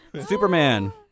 Superman